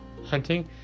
hunting